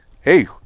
Hey